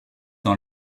dans